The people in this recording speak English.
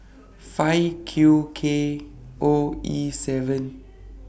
five Q K O E seven